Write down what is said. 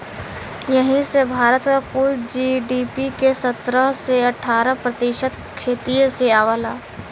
यही से भारत क कुल जी.डी.पी के सत्रह से अठारह प्रतिशत खेतिए से आवला